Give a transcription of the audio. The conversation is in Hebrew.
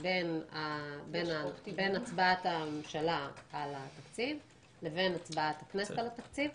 בין הצבעת הממשלה על התקציב לבין הצבעת הכנסת על התקציב.